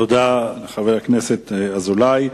תודה לחבר הכנסת אזולאי.